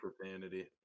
profanity